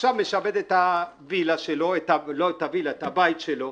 עכשיו משעבד את הווילה לא את הווילה את הבית שלו,